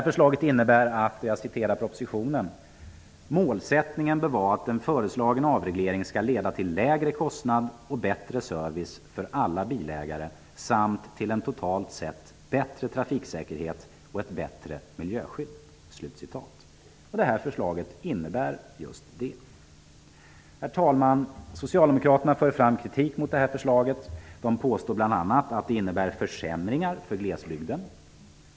Förslaget innebär, och jag citerar propositionen: ''Målsättningen bör vara att den föreslagna avregleringen skall leda till lägre kostnad och bättre service för alla bilägare samt till en totalt sett bättre trafiksäkerhet och ett bättre miljöskydd.'' Vårt förslag innebär just detta. Herr talman! Socialdemokraterna framför kritik mot förslaget. De påstår bl.a. att det innebär försämringar för glesbygden.